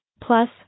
Plus